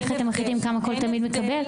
איך אתם מחליטים כמה כל תמיד מקבל?